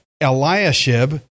Eliashib